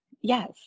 Yes